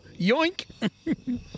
Yoink